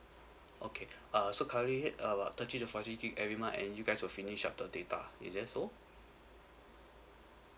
okay uh so currently uh thirty to forty gig every month and you guys will finish up the data is that so